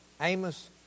Amos